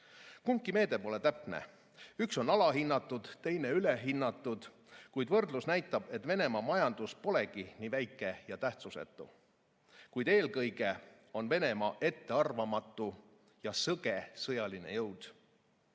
Kumbki meede pole täpne. Üks on alahinnatud, teine ülehinnatud, kuid võrdlus näitab, et Venemaa majandus polegi nii väike ja tähtsusetu, kuid eelkõige on Venemaa ettearvamatu ja sõge sõjaline